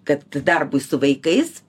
kad darbui su vaikais